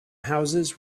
houses